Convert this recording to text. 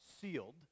sealed